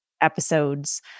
episodes